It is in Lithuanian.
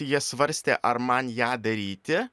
jie svarstė ar man ją daryti